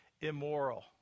immoral